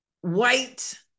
white